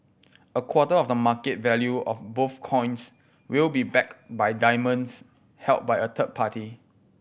a quarter of the market value of both coins will be backed by diamonds held by a third party